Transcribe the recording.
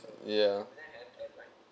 ya